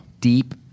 deep